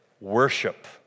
Worship